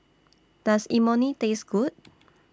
Does Imoni Taste Good